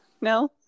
No